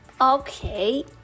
Okay